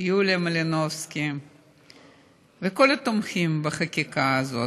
יוליה מלינובסקי וכל התומכים בחקיקה הזאת,